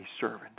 servant